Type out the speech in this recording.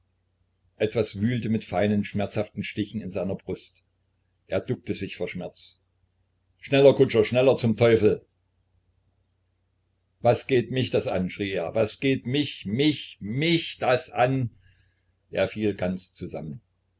etwas wühlte mit feinen schmerzhaften stichen in seiner brust er duckte sich vor schmerz schneller kutscher schneller zum teufel was geht mich das an schrie er was geht mich mich mich das an er fiel ganz zusammen